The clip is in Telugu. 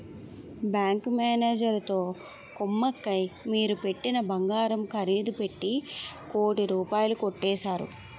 బ్యాంకు మేనేజరుతో కుమ్మక్కై మీరు పెట్టిన బంగారం ఖరీదు పెట్టి కోటి రూపాయలు కొట్టేశారు